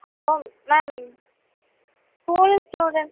hello ma'am school student